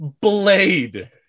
blade